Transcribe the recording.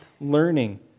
Learning